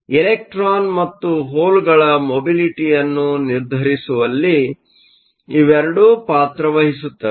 ಆದ್ದರಿಂದ ಎಲೆಕ್ಟ್ರಾನ್ ಮತ್ತು ಹೋಲ್ಗಳ ಮೊಬಿಲಿಟಿಯನ್ನು ನಿರ್ಧರಿಸುವಲ್ಲಿ ಇವೆರಡೂ ಪಾತ್ರವಹಿಸುತ್ತವೆ